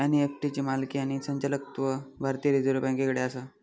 NEFT ची मालकी आणि संचालकत्व भारतीय रिझर्व बँकेकडे आसा